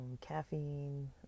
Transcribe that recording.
caffeine